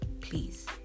please